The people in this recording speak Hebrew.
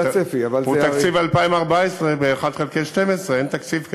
תקציב 2014 ב-1 חלקי 12. אין תקציב כזה.